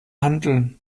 hanteln